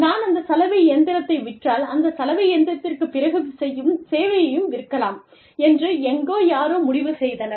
நான் அந்த சலவை இயந்திரத்தை விற்றால் அந்த சலவை இயந்திரத்திற்குப் பிறகு செய்யும் சேவையையும் விற்கலாம் என்று எங்கோ யாரோ முடிவு செய்தனர்